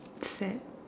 sad